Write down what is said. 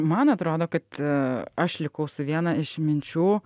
man atrodo kad aš likau su viena iš minčių